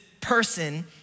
person